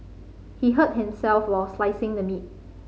he hurt himself while slicing the meat